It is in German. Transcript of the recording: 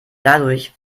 dadurch